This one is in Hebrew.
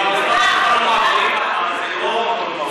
אם המשרד שלך לא מעבירים לך,